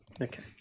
Okay